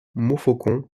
montfaucon